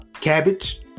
cabbage